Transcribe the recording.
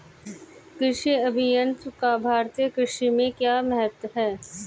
कृषि अभियंत्रण का भारतीय कृषि में क्या महत्व है?